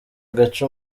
gace